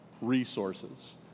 resources